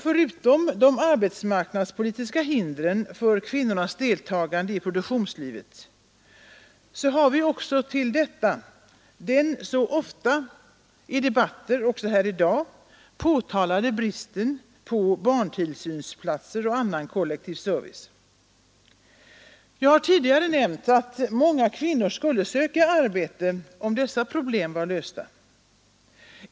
Förutom de arbetsmarknadspolitiska hindren för kvinnornas deltagande i produktionslivet har vi också den så ofta i debatter — också här i dag — påtalade bristen på barntillsynsplatser och annan kollektiv service. Jag har tidigare nämnt att många kvinnor skulle söka arbete om dessa problem vore lösta.